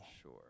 sure